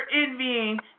envying